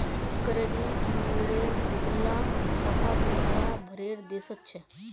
credit यूनियनेर बहुतला शाखा दुनिया भरेर देशत छेक